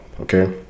Okay